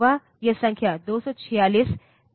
तो यह संख्या 246 तक पहुंच जाती है